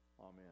Amen